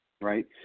right